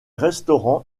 restaurants